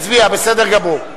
הצביע, בסדר גמור.